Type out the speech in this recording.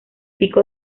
pico